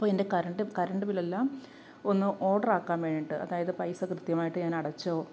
അപ്പോള് എൻ്റെ current current ബില്ലെല്ലാം ഒന്ന് ഓർഡറാക്കാൻ വേണ്ടിയിട്ട് അതായത് പൈസ കൃത്യമായിട്ട് ഞാൻ അടച്ചോ